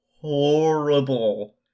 horrible